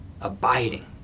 Abiding